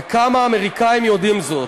וכמה אמריקנים יודעים זאת?